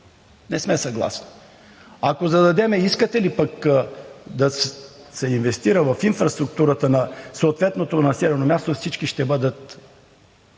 „Не сме съгласни!“ Ако зададем въпрос: искате ли да се инвестира в инфраструктурата на съответното населено място, всички ще бъдат